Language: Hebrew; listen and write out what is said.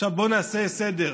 עכשיו בואו נעשה סדר,